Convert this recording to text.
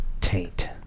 Taint